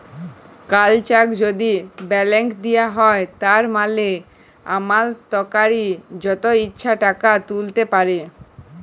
call চ্যাক যদি balance দিঁয়া হ্যয় তার মালে আমালতকারি যত ইছা টাকা তুইলতে পারে